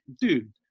dude